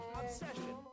obsession